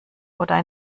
oder